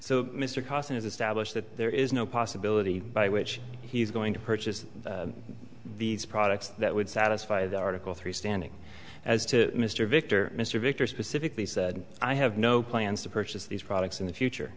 that there is no possibility by which he's going to purchase these products that would satisfy the article three standing as to mr victor mr victor specifically said i have no plans to purchase these products in the future